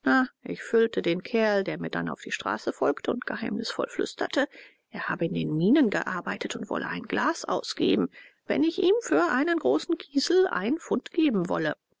ich füllte den kerl der mir dann auf die straße folgte und geheimnisvoll flüsterte er habe in den mienen gearbeitet und wolle ein glas ausgeben wenn ich ihm für einen großen kiesel ein pfund geben wolle